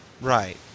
Right